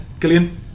Gillian